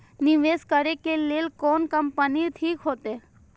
निवेश करे के लेल कोन कंपनी ठीक होते?